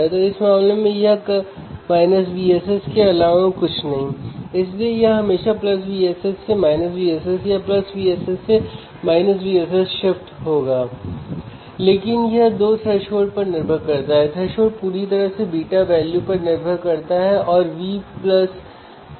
तो हम V1 V2 और Vout को मापेंगे और उस से हम डिफ़्रेंसियल लाभ को माप सकते हैं ठीक है